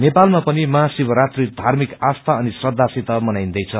नेपालामा पिन महाशिवरात्रि धार्मिक आस्था अनि श्रदासित मनाईन्दैछ